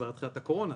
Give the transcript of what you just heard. תחילת הקורונה,